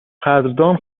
قدردان